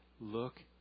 look